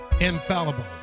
infallible